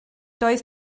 doedd